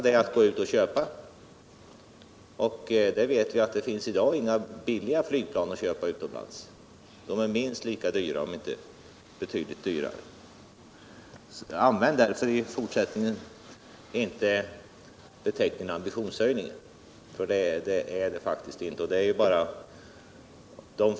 Det är att gå ut och köpa, och vi vet att det i dag inte finns några billiga flygplan att köpa utemlands. De är minst lika dyra, om inte betydligt dyrare. Använd därför i fortsättningen inte beteckningen ambitionshöjning, för det är det faktiskt ine.